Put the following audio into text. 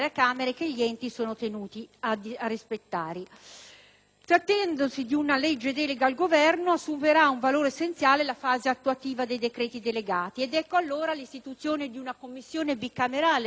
tenuti a rispettare. Trattandosi di una legge delega al Governo assumerà un valore essenziale la fase attuativa dei decreti delegati. Ecco allora l'istituzione di una Commissione bicamerale, così come